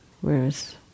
Whereas